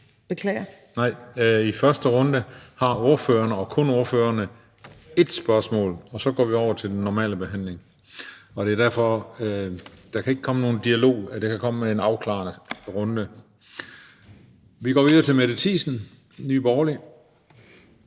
Beklager). Nej. I første runde har ordførerne og kun ordførerne ét spørgsmål, og så går vi over til de normale regler. Der kan altså ikke komme en dialog, men der kan komme en afklaring. Vi går videre til Mette Thiesen, Nye Borgerlige.